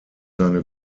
seine